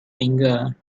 finger